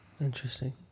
Interesting